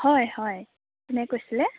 হয় হয় কোনে কৈছিলে